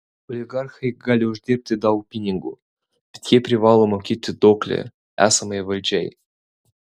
oligarchai gali uždirbti daug pinigų bet jie privalo mokėti duoklę esamai valdžiai